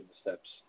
steps